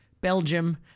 Belgium